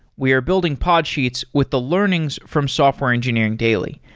we are building podsheets with the learnings from software engineering daily,